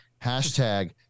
Hashtag